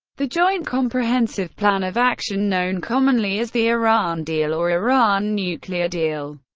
the joint comprehensive plan of action, known commonly as the iran deal or iran nuclear deal,